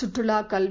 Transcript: சுற்றுலாகல்வி